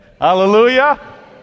Hallelujah